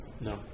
No